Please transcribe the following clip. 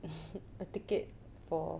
a ticket for